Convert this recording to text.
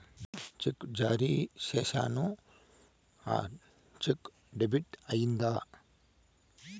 చెక్కు జారీ సేసాను, ఆ చెక్కు డెబిట్ అయిందా